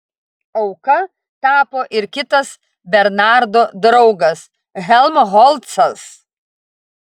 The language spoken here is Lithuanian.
auka tapo ir kitas bernardo draugas helmholcas